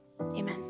Amen